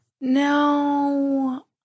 No